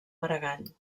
maragall